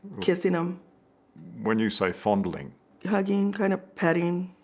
kissing him when you say fondling hugging kind of petting